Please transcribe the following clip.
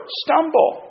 stumble